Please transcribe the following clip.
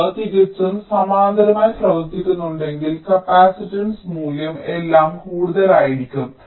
അവ തികച്ചും സമാന്തരമായി പ്രവർത്തിക്കുന്നുണ്ടെങ്കിൽ കപ്പാസിറ്റൻസ് മൂല്യം എല്ലാം കൂടുതലായിരിക്കും